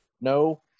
no